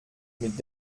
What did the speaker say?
mit